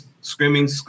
Screaming